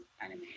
anime